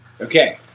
Okay